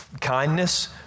kindness